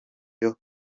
video